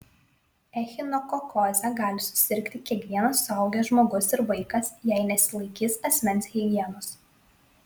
echinokokoze gali susirgti kiekvienas suaugęs žmogus ir vaikas jei nesilaikys asmens higienos